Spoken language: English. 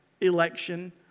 election